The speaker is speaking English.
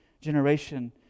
generation